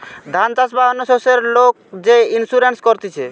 ধান চাষ বা অন্য শস্যের লোক যে ইন্সুরেন্স করতিছে